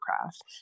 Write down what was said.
craft